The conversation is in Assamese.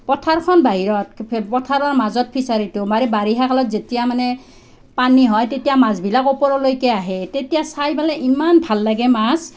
পথাৰখন বাহিৰত পথাৰৰ মাজত ফিচাৰীটো মানে বাৰিষাকালত যেতিয়া মানে পানী হয় তেতিয়া মাছবিলাক ওপৰলৈকে আহে তেতিয়া চাই পেলাই ইমান ভাল লাগে মাছ